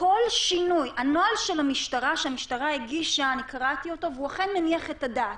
קראתי את הנוהל שהמשטרה הגישה והוא אכן מניח את הדעת,